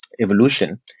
evolution